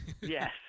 Yes